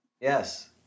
Yes